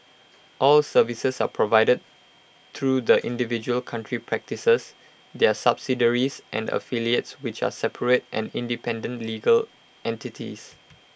all services are provided through the individual country practices their subsidiaries and affiliates which are separate and independent legal entities